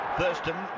Thurston